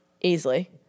Easily